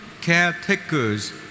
caretakers